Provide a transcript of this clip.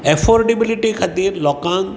affordability खातीर लोकांक